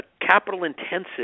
capital-intensive